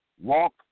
Walk